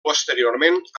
posteriorment